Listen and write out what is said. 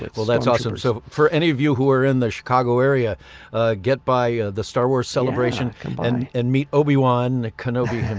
well that's awesome so for any of you who are in the chicago area get by the star wars celebration and and meet obi-wan kenobi